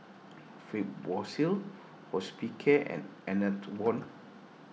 Fibrosol Hospicare and Enervon